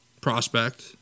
prospect